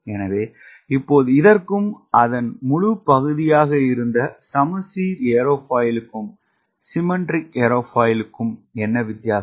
எனவே இப்போது இதற்கும் அதன் முழு பகுதியாக இருந்த சமச்சீர் ஏரோஃபாயிலுக்கும் என்ன வித்தியாசம்